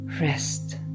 Rest